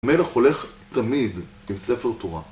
המלך הולך תמיד עם ספר תורה